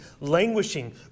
languishing